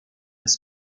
his